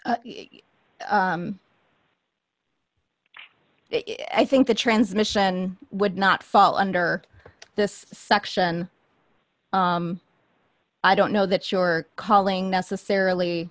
i think the transmission would not fall under this section i don't know that you're calling necessarily